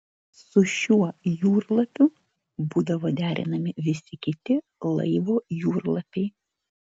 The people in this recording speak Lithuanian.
su šiuo jūrlapiu būdavo derinami visi kiti laivo jūrlapiai